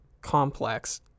complex